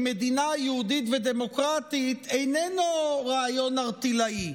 מדינה יהודית ודמוקרטית איננו רעיון ערטילאי,